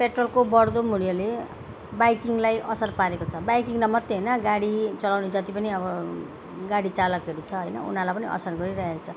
पेट्रोलको बढ्दो मूल्यले बाइकिङलाई असर पारेको छ बाइकिङलाई मात्रै होइन गाडी चलाउने जति पनि अब गाडी चालकहरू छ होइन उनीहरूलाई पनि असर गरिरहेको छ